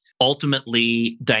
Ultimately